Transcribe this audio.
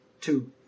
two